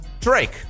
Drake